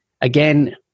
again